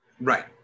Right